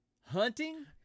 Hunting